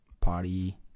party